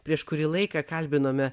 prieš kurį laiką kalbinome